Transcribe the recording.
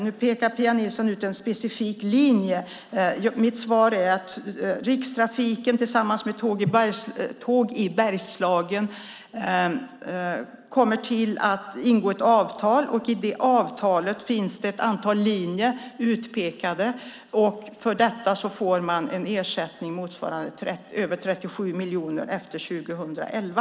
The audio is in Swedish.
Nu pekar Pia Nilsson ut en specifik linje. Mitt svar är att Rikstrafiken tillsammans med Tåg i Bergslagen kommer att ingå ett avtal. I det avtalet finns ett antal linjer utpekade. För detta får man en ersättning motsvarande över 37 miljoner efter 2011.